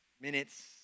minutes